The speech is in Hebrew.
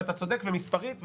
ואתה צודק מספרית,